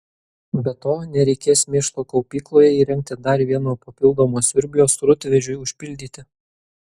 be to nereikės mėšlo kaupykloje įrengti dar vieno papildomo siurblio srutvežiui užpildyti